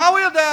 מה הוא יודע?